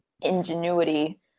ingenuity